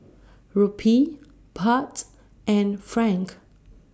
Rupee Baht and Franc